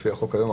לפי החוק היום,